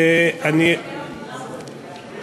דוח מבקר המדינה,